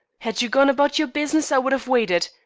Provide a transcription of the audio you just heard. had you gone about your business i would have waited.